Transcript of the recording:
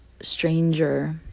stranger